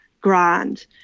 grand